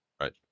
Right